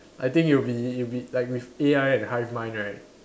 I think it'll be it'll be like with A_I and hive mind right